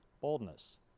Boldness